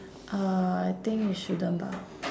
uh I think you shouldn't bah